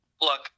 Look